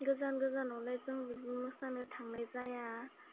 गोजान गोजानावलाय जों बिदिनो मोसानो थांनाय जाया